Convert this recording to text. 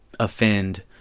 offend